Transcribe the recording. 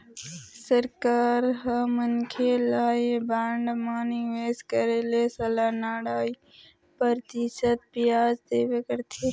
सरकार ह मनखे ल ऐ बांड म निवेश करे ले सलाना ढ़ाई परतिसत बियाज देबे करथे